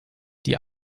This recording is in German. die